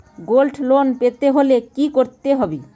Gold loan পেতে হলে কি করতে হবে?